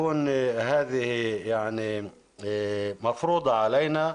הוא, נעמוד מול כך באומץ באמצעות הרשימה שלנו,